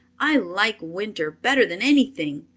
i like winter better than anything.